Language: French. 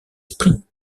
sprint